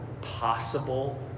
possible